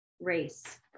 race